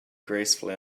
gracefully